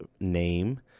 name